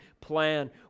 plan